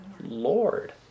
Lord